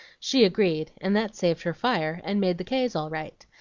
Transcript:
she agreed, and that saved her fire, and made the k s all right.